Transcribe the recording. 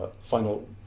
final